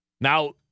Now